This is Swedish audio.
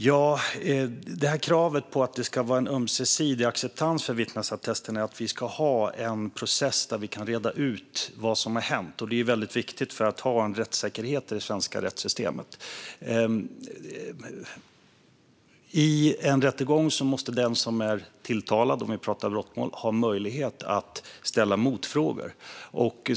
Fru talman! Kravet på att det ska vara ömsesidig acceptans för vittnesattesten är till för att vi ska ha en process där vi kan reda ut vad som har hänt. Det är väldigt viktigt för att ha en rättssäkerhet i det svenska rättssystemet. I en rättegång måste den som är tilltalad, om vi pratar brottmål, ha möjlighet att ställa motfrågor.